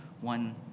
one